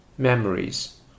Memories